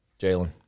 Jalen